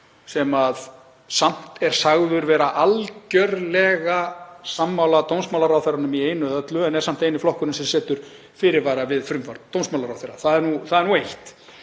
sem samt er sagður vera algerlega sammála dómsmálaráðherranum í einu og öllu en er samt eini flokkurinn sem setur fyrirvara við frumvarp dómsmálaráðherra. Það er nú eitt.